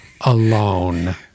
alone